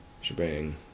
shebang